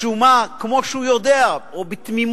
משום מה, כמו שהוא יודע, או בתמימותו,